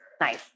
Nice